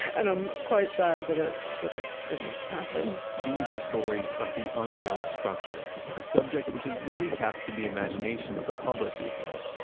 and i'm quite sad that it that it didn't happen these are stories of the unbuilt structures. a subject which is really captured the imagination of the public recently.